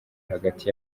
hagati